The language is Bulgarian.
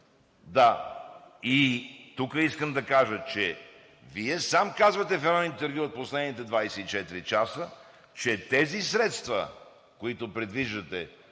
И тук искам да кажа, че Вие сам казвате в едно интервю от последните 24 часа, че тези средства, които предвиждате